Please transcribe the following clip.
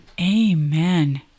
amen